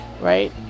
right